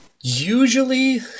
usually